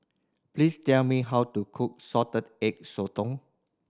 please tell me how to cook Salted Egg Sotong